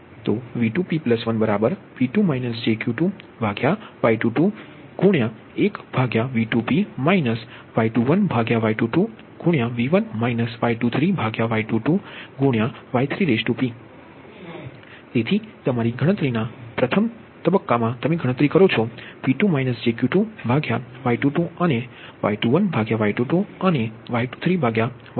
V2p1P2 jQ2Y221V2p Y21Y22V1 Y23Y22V3p તેથી તમારી ગણતરીમાં પ્રથમ તમે ગણતરી કરો છો P2 jQ2Y22 અને Y21Y22 અને Y23Y22